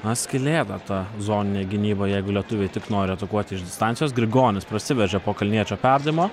na skylė dar ta zoninė gynyba jeigu lietuviai tik nori atakuoti iš distancijos grigonis prasiveržia po kalniečio perdavimo